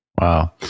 Wow